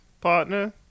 partner